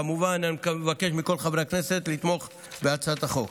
כמובן, אני מבקש מכל חברי הכנסת לתמוך בהצעת החוק.